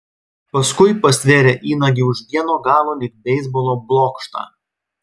paskui pastvėrė įnagį už vieno galo lyg beisbolo blokštą